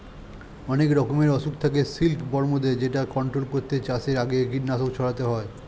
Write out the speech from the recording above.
অনেক রকমের অসুখ থেকে সিল্ক বর্মদের যেটা কন্ট্রোল করতে চাষের আগে কীটনাশক ছড়াতে হয়